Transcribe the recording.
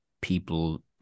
people